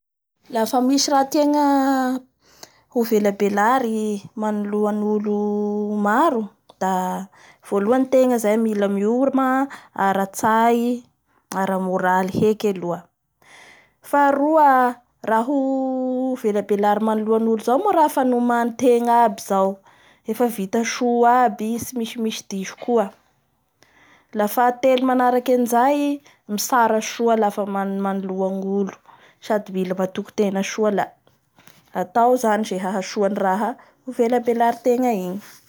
Lafa misy rahategna hovelabelary manoloa ny olo maro da volohany tegna zay mila mioma aratsay, ara moraly heky aloha, faha roa ny raha niveabelary manoloa ny olo zao moa raha fa nomanintegna aby zao efa vita soa aby, tsy misimisy diso koa. La fahatelo manaraky anizay, mitsara soa lafa man-manoloa olo sasy mia matoky tegna soa la, atao zany izay ahahasoa ny raha ho velabelarintegna igny.